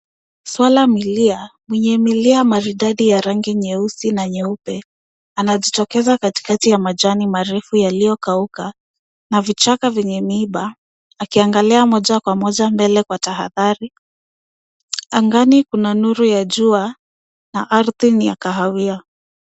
Swara milia yenye milia maridadi nyeusi na nyeupe ana jitokeza katikati ya mjani marefu yalio kauka na vichaka vyenye mimba aki angalia moja kwa moja mbele ya tahadhari. Angani kuna nuru ya jua na ardhi ni ya kahawia.